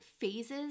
phases